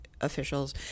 officials